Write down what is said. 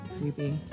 creepy